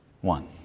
one